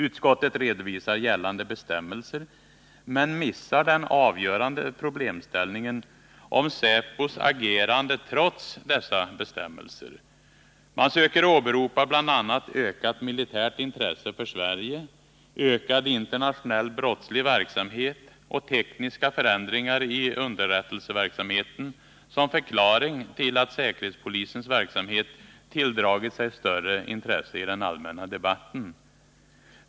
Utskottet redovisar gällande bestämmelser, men missar den avgörande problemställningen om säpos agerande trots dessa bestämmelser. Man söker åberopa bl.a. ökat militärt intresse för Sverige, ökad internationell brottslig verksamhet och tekniska förändringar i underrättelseverksamheten som förklaring till att säkerhetspolisens verksamhet tilldragit sig större intresse i den allmänna debatten.